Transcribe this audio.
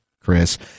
Chris